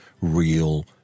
Real